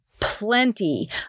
plenty